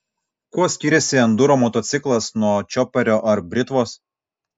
kuo skiriasi enduro motociklas nuo čioperio ar britvos